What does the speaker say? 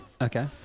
okay